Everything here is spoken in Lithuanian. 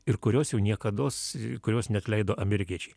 ir kurios jau niekados kurios neatleido amerikiečiai